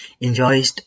enjoyed